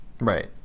Right